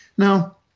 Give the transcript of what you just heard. Now